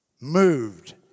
moved